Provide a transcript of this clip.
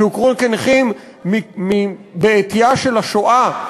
שהוכרו כנכים בעטייה של השואה,